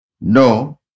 No